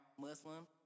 muslim